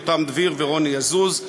יותם דביר ורוני עזוז,